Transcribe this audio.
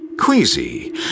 queasy